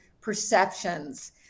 perceptions